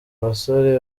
basore